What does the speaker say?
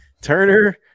Turner